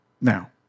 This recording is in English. Now